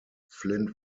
flint